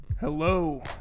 Hello